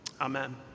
amen